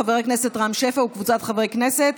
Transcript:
חבר הכנסת רם שפע וקבוצת חברי הכנסת.